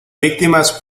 víctimas